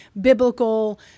biblical